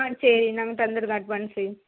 சரி நாங்கள் தந்துடுறோம் அட்வான்ஸு